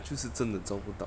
就是真的找不到